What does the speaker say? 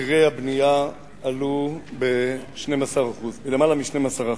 מחירי הבנייה עלו בלמעלה מ-12%.